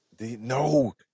No